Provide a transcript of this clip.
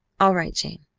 all right, jane,